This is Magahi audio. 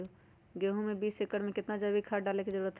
गेंहू में बीस एकर में कितना जैविक खाद डाले के जरूरत है?